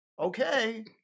Okay